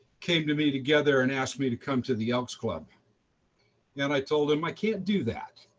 came to me together and asked me to come to the elks club and i told them i can't do that.